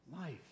Life